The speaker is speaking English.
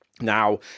Now